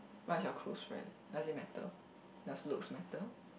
what is your close friend does it matter does looks matter